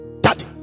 daddy